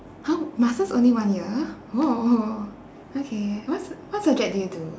!huh! masters only one year oh oh oh okay what s~ what subject did you do